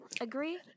Agree